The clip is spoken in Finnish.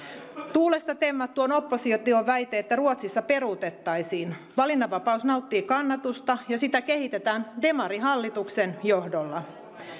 tuulesta temmattu on opposition väite että ruotsissa peruutettaisiin valinnanvapaus nauttii kannatusta ja sitä kehitetään demarihallituksen johdolla